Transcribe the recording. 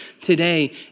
today